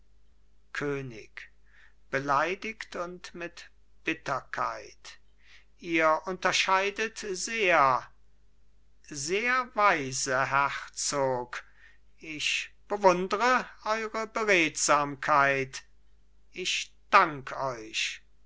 könig beleidigt und mit bitterkeit ihr unterscheidet sehr sehr weise herzog ich bewundre eure beredsamkeit ich dank euch